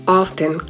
often